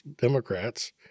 Democrats—